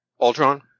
Ultron